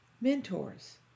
mentors